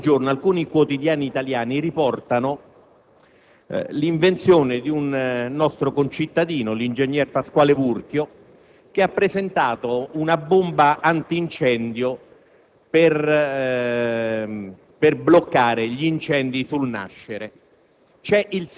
Da qualche giorno, alcuni quotidiani italiani parlano dell'invenzione di un nostro concittadino, l'ingegnere Pasquale Vurchio, che ha presentato una bomba antincendio per bloccare gli incendi sul nascere.